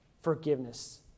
forgiveness